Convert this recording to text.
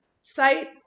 site